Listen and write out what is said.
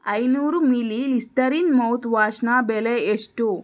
ಐನೂರು milli Listerine ಮೌತ್ವಾಶ್ನ ಬೆಲೆ ಎಷ್ಟು